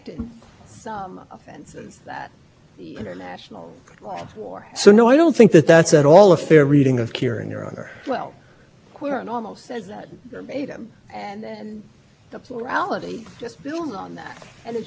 define and curing that said congress hasn't crystallized the requirements of the law of war when all of those decisions are doing i submit is asking congress to weigh in precisely because the supreme court has recognized that this is an area where